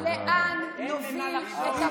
לאן נוביל את הבושה?